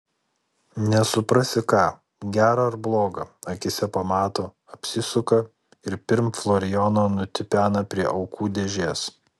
nesuprasi ką gera ar bloga akyse pamato apsisuka ir pirm florijono nutipena prie aukų dėžės